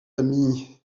ami